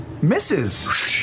Misses